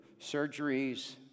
surgeries